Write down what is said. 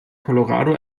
colorado